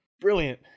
Brilliant